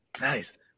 Nice